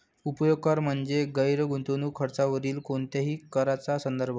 उपभोग कर म्हणजे गैर गुंतवणूक खर्चावरील कोणत्याही कराचा संदर्भ